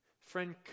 Friend